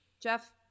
Jeff